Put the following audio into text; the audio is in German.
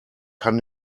kann